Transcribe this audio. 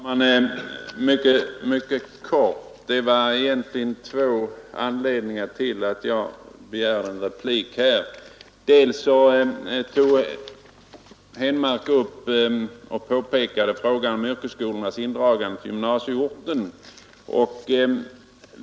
Herr talman! Jag skall fatta mig mycket kort. Det var egentligen två anledningar till att jag nu begärde en replik. Herr Henmark tog upp frågan om yrkesskolornas indragande till gymnasieorten.